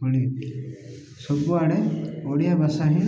ଖଳି ସବୁଆଡ଼େ ଓଡ଼ିଆ ଭାଷା ହିଁ